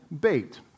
bait